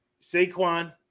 saquon